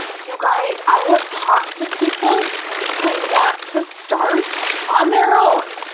you guys i have talked to people who want to start on their own,